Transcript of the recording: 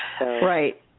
Right